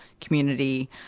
Community